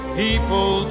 people